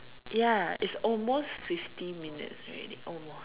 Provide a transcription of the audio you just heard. ya it's almost fifty minutes already almost